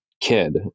kid